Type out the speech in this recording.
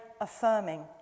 affirming